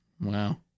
Wow